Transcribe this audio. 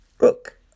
look